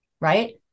right